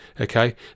Okay